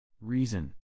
Reason